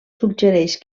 suggereix